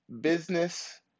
business